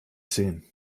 sehen